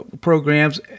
programs